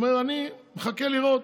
הוא אומר: אני מחכה לראות.